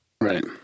Right